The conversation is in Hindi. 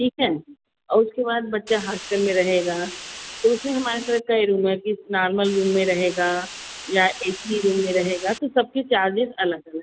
ठीक है और उसके बाद बच्चा हॉस्टल में रहेगा तो उसमें हमारे तरफ कई रूम है किस नॉर्मल रूम में रहेगा या ए सी रूम में रहेगा तो सब के चार्जेस अलग अलग